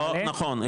לא נכון,